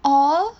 all